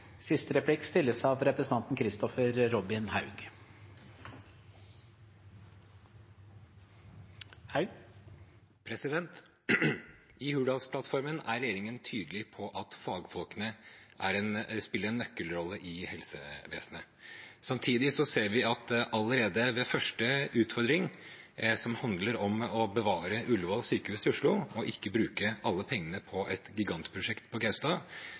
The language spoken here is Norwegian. I Hurdalsplattformen er regjeringen tydelig på at fagfolkene spiller en nøkkelrolle i helsevesenet. Samtidig ser vi at allerede ved første utfordring, som handler om å bevare Ullevål sykehus i Oslo og ikke bruke alle pengene på et gigantprosjekt på